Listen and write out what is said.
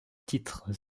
titres